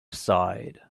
side